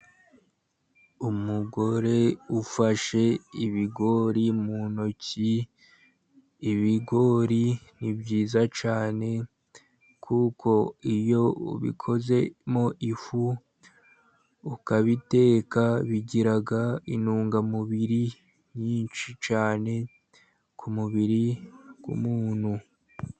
Umugore ufashe ibigori mu ntoki, ibigori ni byiza cyane, kuko iyo ubikozemo ifu ukabiteka, bigira intungamubiri nyinshi cyane, ku mubiri w'umuntu.